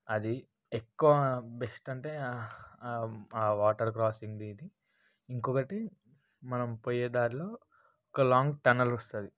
అది ఎక్కువ బెస్ట్ అంటే ఆ వాటర్ క్రాసింగ్ది ఇది ఇంకొకటి మనం పోయే దారిలో ఒక లాంగ్ టనెల్ వస్తుంది